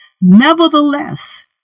Nevertheless